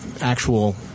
actual